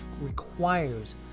requires